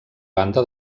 banda